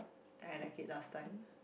I like it last time